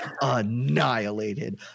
annihilated